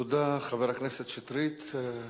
תודה, חבר הכנסת שטרית.